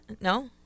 No